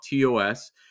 TOS